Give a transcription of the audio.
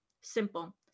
simple